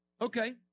Okay